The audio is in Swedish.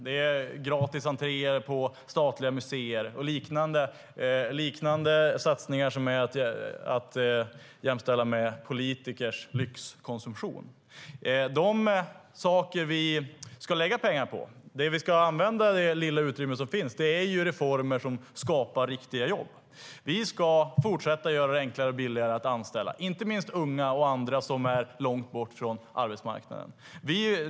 Det är gratis entré på statliga museer och liknande satsningar som är att jämställa med politikers lyxkonsumtion.De saker vi ska lägga pengar på och använda det lilla utrymme som finns till är reformer som skapar riktiga jobb. Vi ska fortsätta att göra det enklare och billigare att anställa, inte minst unga och andra som står långt från arbetsmarknaden.